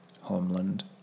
Homeland